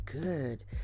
good